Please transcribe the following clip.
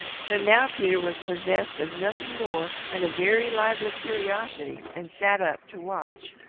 so now peter was possessed of nothing more than a very lively curiosity, and sat up to watch.